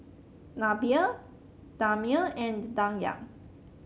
Nabila Damia and Dayang